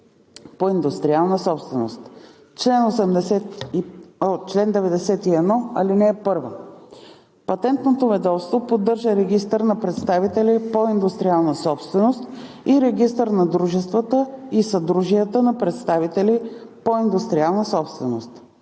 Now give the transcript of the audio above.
по индустриална собственост Чл. 91. (1) Патентното ведомство поддържа Регистър на представителите по индустриална собственост и Регистър на дружествата и съдружията на представителите по индустриална собственост.